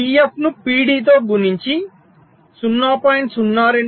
పిఎఫ్ను PD తో గుణించి 0